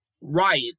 riot